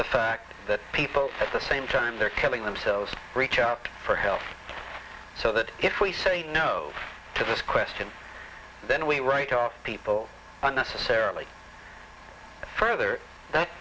the fact that people at the same time they're telling themselves reach out for help so that if we say no to this question then we write off people unnecessarily further that